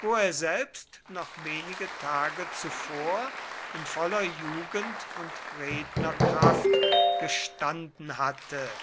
wo er selbst noch wenige tage zuvor in voller jugend und rednerkraft gestanden hatte